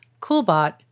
CoolBot